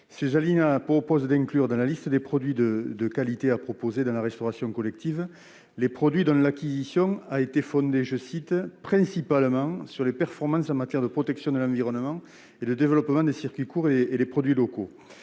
Ces alinéas incluent, dans la liste des produits de qualité à proposer dans la restauration collective, les produits « dont l'acquisition a été fondée, principalement, sur les performances en matière de protection de l'environnement et de développement » des circuits courts et les produits locaux.